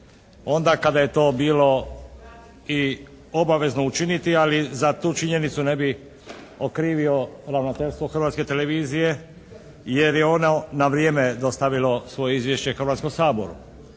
onda kada je to bilo i obavezno učiniti? Ali za tu činjenicu ne bi okrivio ravnateljstvo Hrvatske televizije jer je ono na vrijeme dostavilo svoje izvješće Hrvatskom saboru.